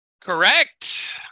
correct